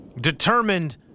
determined